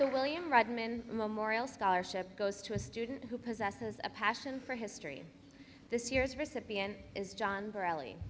the william rudman memorial scholarship goes to a student who possesses a passion for history this year's recipient is john